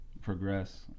progress